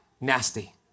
nasty